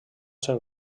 ser